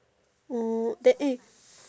oh then eh